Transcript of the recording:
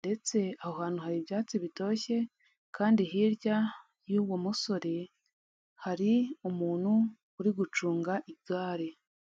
ndetse aho hantu hari ibyatsi bitoshye kandi hirya y'uwo musore hari umuntu uri gucunga igare.